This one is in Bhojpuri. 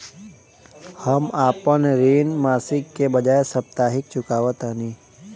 हम अपन ऋण मासिक के बजाय साप्ताहिक चुकावतानी